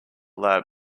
lab